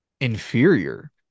inferior